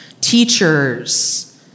teachers